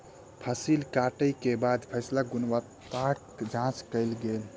फसिल कटै के बाद फसिलक गुणवत्ताक जांच कयल गेल